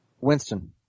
Winston